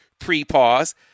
pre-pause